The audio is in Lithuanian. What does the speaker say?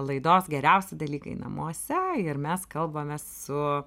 laidos geriausi dalykai namuose ir mes kalbamės su